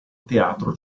teatro